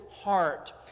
heart